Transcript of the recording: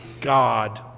God